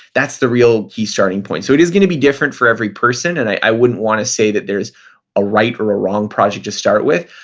that's the real key starting point. so it is going to be different for every person, and i wouldn't want to say that there's a right or a wrong project to start with.